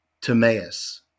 timaeus